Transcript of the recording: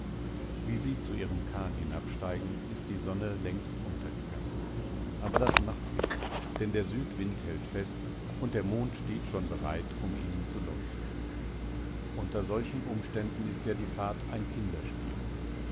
wie sie zu ihrem kahn hinabsteigen ist die sonne längst untergegangen aber das macht nichts denn der südwind hält fest und der mond steht schon bereit um ihnen zu leuchten unter solchen umständen ist ja die fahrt ein kinderspiel